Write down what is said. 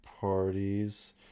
parties